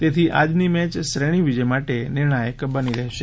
તેથી આજની મેચ શ્રેણી વિજય માટે નિર્ણાયક બની રહેશે